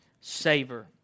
savor